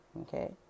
Okay